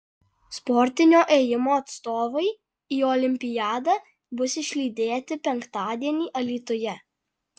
sportinio ėjimo atstovai į olimpiadą bus išlydėti penktadienį alytuje